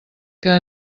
que